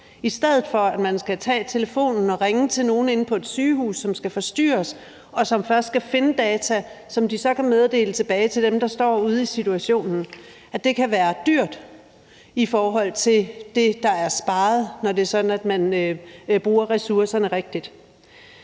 i stedet for at man skal tage telefonen og ringe til nogen inde på et sygehus, som skal forstyrres, og som først skal finde de data, som de så kan meddele tilbage til dem, der står ude i situationen, kan være dyrt i forhold til det, der er sparet, når det er sådan, at man bruger ressourcerne rigtigt.